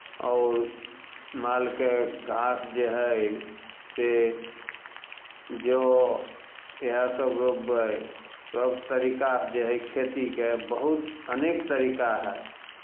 आओर मालके घास जे हइ से जौ इएहसभ रोपबै सभ तरीकासँ जे हइ खेतीके बहुत अनेक तरीका हए